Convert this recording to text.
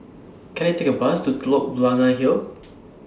Can I Take A Bus to Telok Blangah Hill